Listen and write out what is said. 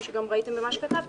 כפי שגם ראיתם במה שכתבתי,